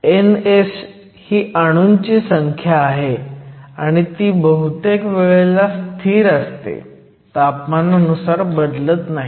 Ns ही अणूंची संख्या आहे आणि ती बहुतेक वेळेला स्थिर असते तापमानानुसार बदलत नाही